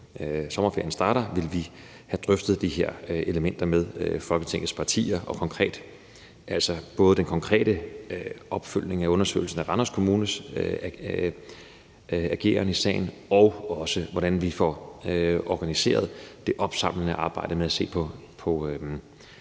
sommerferien starter, vil have drøftet de her elementer med Folketingets partier, altså både den konkrete opfølgning på undersøgelsen af Randers Kommunes ageren i sagen, og også hvordan vi får organiseret det opsamlende arbejde med at se på